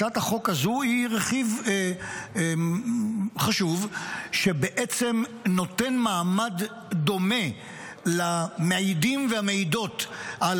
הצעת החוק הזו היא רכיב חשוב שנותן מעמד דומה למעידים ולמעידות על